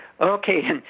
Okay